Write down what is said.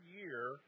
year